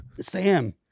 Sam